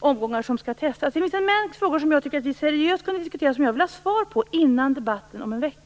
omgångar som skall testas? Det finns en mängd frågor som jag tycker att vi seriöst kunde diskutera och som jag vill ha svar på före debatten om en vecka.